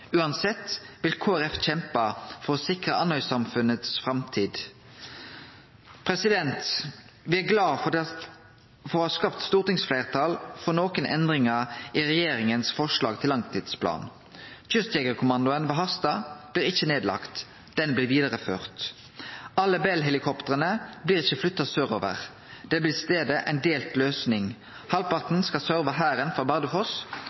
Uansett vil Kristeleg Folkeparti kjempe for å sikre framtida til Andøy-samfunnet. Me er glade for å ha skapt stortingsfleirtal for nokre endringar i regjeringas forslag til langtidsplan. Kystjegerkommandoen ved Harstad blir ikkje lagd ned, han blir ført vidare. Ikkje alle Bell-helikoptera blir flytte sørover, det blir i staden ei delt løysing: Halvparten skal sørve Hæren frå Bardufoss,